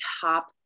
top